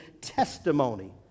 testimony